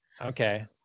Okay